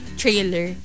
trailer